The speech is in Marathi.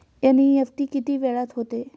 एन.इ.एफ.टी किती वेळात होते?